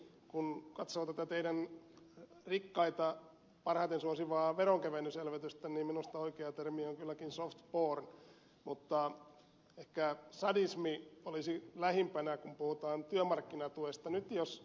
kun katsoo tätä teidän rikkaita parhaiten suosivaa veronkevennyselvytystänne niin minusta oikea termi on kylläkin soft porn mutta ehkä sadismi olisi lähimpänä kun puhutaan työmarkkinatuesta